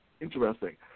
interesting